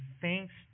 thanks